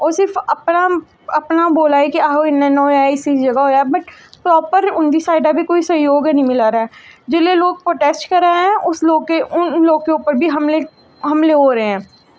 ओह् सिर्फ अपना अपना बोल्ला दे कि आहो इ'यां इ'यां होएआ इस इस ज'गा होआ बट प्रापर उं'दी साइड दा बी कोई सैह्योग हैन्नी मिला दा ऐ जिसलै लोक प्रोटैस्ट करा दे ऐ उस लोकें उन लोकें पर बी हमले होआ दे ऐ